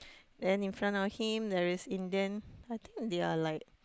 then in front of him there is Indian I think they are like